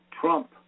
Trump